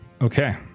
okay